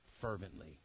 fervently